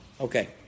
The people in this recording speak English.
Okay